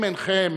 אם אינכם